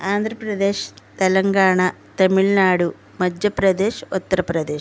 Andhra Pradesh Telangana Tamil Nadu Madhya Pradesh Uttar Pradesh